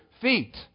feet